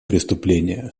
преступления